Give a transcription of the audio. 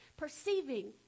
perceiving